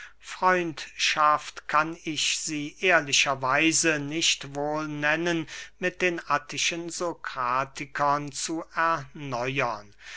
freundschaft kann ich sie ehrlicher weise nicht wohl nennen mit den attischen sokratikern zu erneuern